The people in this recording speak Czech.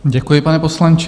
Děkuji, pane poslanče.